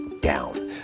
down